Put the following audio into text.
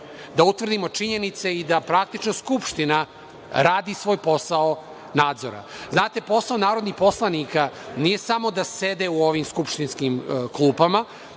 da utvrdimo činjenice i da praktično Skupština radi svoj posao nadzora. Znate, posao narodnih poslanika nije samo da sede u ovim skupštinskim klupama